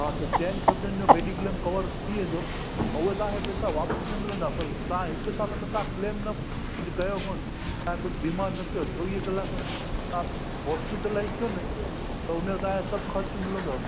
हा त चइनि सद्यनि जो मेडीक्लेम कवर थी वेंदो त उहे तव्हांखे पैसा वापसि न मिलंदा पर तव्हां हिकु साल में तव्हां क्लेम न कुझु कयो कोन तव्हां कुझु बीमारु न थियव चोवीह कलाक तव्हां होस्पिटलाइज़ थियो न त उनजो तव्हांजो सभु ख़र्चु मिलंदो आहे